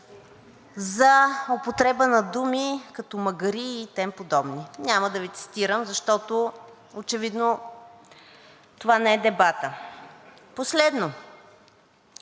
за употреба на думи като магарии и тем подобни. Няма да Ви цитирам, защото очевидно това не е дебатът. Последно.